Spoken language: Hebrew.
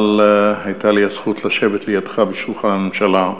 אבל הייתה לי הזכות לשבת לידך בשולחן הממשלה.